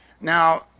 Now